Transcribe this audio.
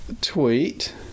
tweet